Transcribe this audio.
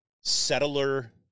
settler